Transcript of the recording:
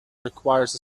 requires